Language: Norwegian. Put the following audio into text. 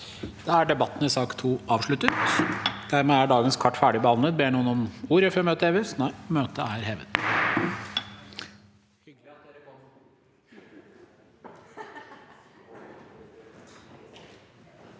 Da er debatten i sak nr. 2 av- sluttet. Dermed er dagens kart ferdigbehandlet. Ber noen om ordet før møtet heves? – Møtet er hevet.